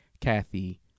Kathy